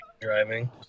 driving